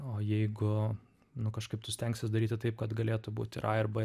o jeigu nu kažkaip tu stengsies daryti taip kad galėtų būt ir a ir b